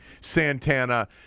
Santana